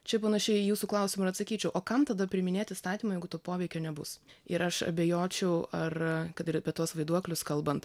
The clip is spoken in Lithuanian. čia panašiai į jūsų klausimą ir atsakyčiau o kam tada priiminėti įstatymą jeigu to poveikio nebus ir aš abejočiau ar kad ir apie tuos vaiduoklius kalbant